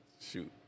shoot